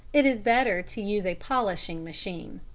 it is better to use a polishing machine.